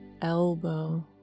elbow